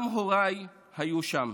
גם הוריי היו שם.